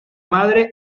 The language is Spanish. madre